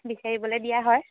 বিচাৰিবলৈ দিয়া হয়